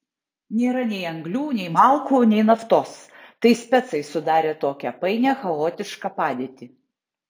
nėra nei anglių nei malkų nei naftos tai specai sudarė tokią painią chaotišką padėtį